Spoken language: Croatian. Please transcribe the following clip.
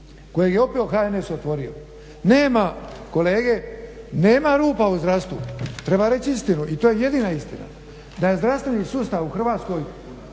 koji je opet HNS otvorio, nema kolege nema rupa u zdravstvu. Treba reći istinu i to je jedina istina da je zdravstveni sustav u Hrvatskoj